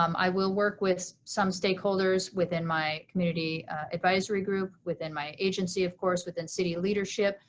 um i will work with some stakeholders within my community advisory group, within my agency, of course within city leadership,